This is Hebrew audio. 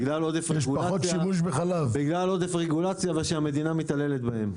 בגלל עודף רגולציה ושהמדינה מתעללת בהם.